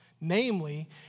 namely